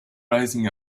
rising